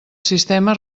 sistema